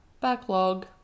Backlog